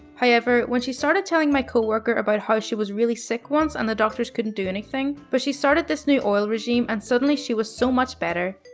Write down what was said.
however, when she started telling my coworker about how she was really sick once and the doctors couldn't do anything. but she started this new oil regime, and suddenly she was so much better.